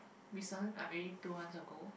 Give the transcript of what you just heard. recent I really to once ago